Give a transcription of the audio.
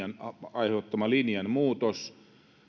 aiheuttama linjanmuutos